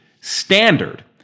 standard